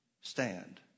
Stand